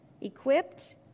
equipped